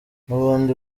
n’ubundi